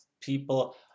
people